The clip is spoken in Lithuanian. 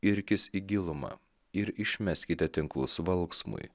irkis į gilumą ir išmeskite tinklus valksmui